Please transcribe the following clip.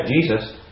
Jesus